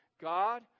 God